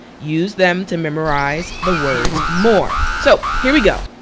use them to memorize the words more. so here we go,